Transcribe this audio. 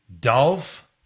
Dolph